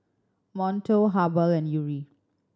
Monto Habhal and Yuri